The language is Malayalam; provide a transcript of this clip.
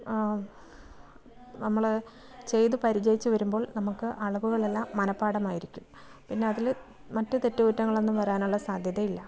നമ്മൾ ചെയ്ത് പരിചയിച്ചു വരുമ്പോൾ നമുക്ക് അളവുകളെല്ലാം മനഃപ്പാഠമായിരിക്കും പിന്നെ അതിൽ മറ്റു തെറ്റുകുറ്റങ്ങളൊന്നും വരാനുള്ള സാധ്യത ഇല്ല